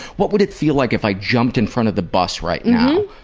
what would it feel like if i jumped in front of the bus right now?